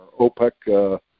OPEC